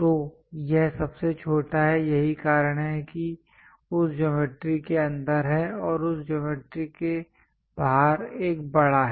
तो यह सबसे छोटा है यही कारण है कि उस ज्योमेट्री के अंदर है और उस ज्योमेट्री के बाहर एक बड़ा है